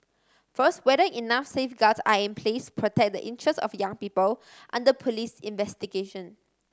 first whether enough safeguards are in place protect the interests of young people under police investigation